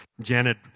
Janet